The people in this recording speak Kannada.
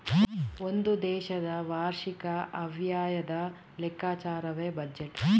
ಒಂದು ದೇಶದ ವಾರ್ಷಿಕ ಆಯವ್ಯಯದ ಲೆಕ್ಕಾಚಾರವೇ ಬಜೆಟ್